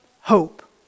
hope